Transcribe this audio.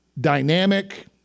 dynamic